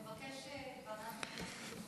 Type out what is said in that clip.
נבקש את ועדת חוקה.